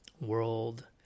world